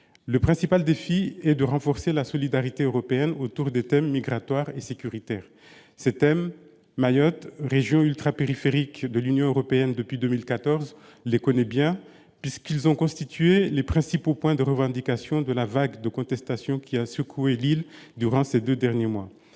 Le principal défi est de renforcer la solidarité européenne autour des thèmes des migrations et de la sécurité. Ces thèmes, Mayotte, région ultrapériphérique de l'Union européenne depuis 2014, les connaît bien, puisqu'ils ont constitué les principaux points de revendication de la vague de contestation qui a secoué l'île durant ces deux derniers mois.